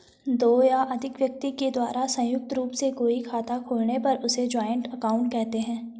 दो या अधिक व्यक्ति के द्वारा संयुक्त रूप से कोई खाता खोलने पर उसे जॉइंट अकाउंट कहते हैं